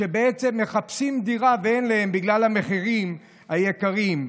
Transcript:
שבעצם מחפשים דירה ואין להם בגלל המחירים הגבוהים.